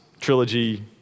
trilogy